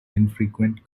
infrequent